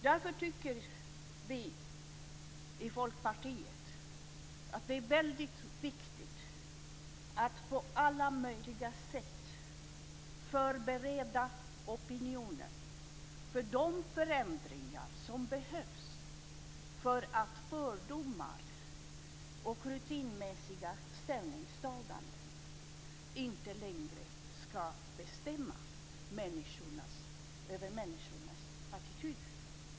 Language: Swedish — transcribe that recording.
Därför tycker vi i Folkpartiet att det är väldigt viktigt att på alla möjliga sätt förbereda opinionen på de förändringar som behövs för att fördomar och rutinmässiga ställningstaganden inte längre ska bestämma över människornas attityder.